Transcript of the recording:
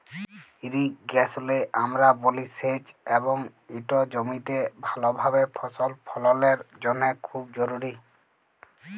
ইরিগেশলে আমরা বলি সেঁচ এবং ইট জমিতে ভালভাবে ফসল ফললের জ্যনহে খুব জরুরি